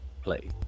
play